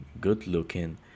good-looking